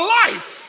life